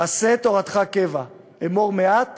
"עשה תורתך קבע, אמור מעט